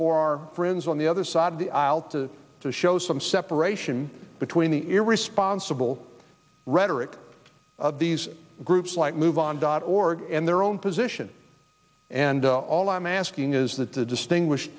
our friends on the other side of the aisle to to show some separation between the irresponsible rhetoric of these groups like move on dot org and their own position and all i'm asking is that the